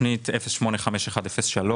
תוכנית 0851/03